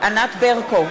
ענת ברקו,